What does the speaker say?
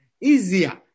easier